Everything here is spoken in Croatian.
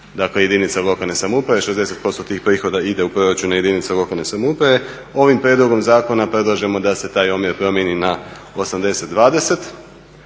dakle jedinica lokalne samouprave, 60% tih prihoda ide u proračune jedinica lokalne samouprave. Ovim prijedlogom zakona predlažemo da se taj omjer promjeni na 80:20,